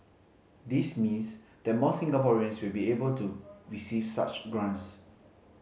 this means that more Singaporeans will be able to receive such grants